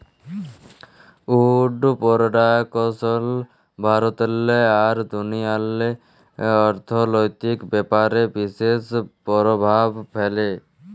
would production ভারতেল্লে আর দুনিয়াল্লে অথ্থলৈতিক ব্যাপারে বিশেষ পরভাব ফ্যালে